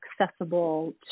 accessible